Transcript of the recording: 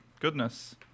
Goodness